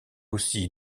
aussi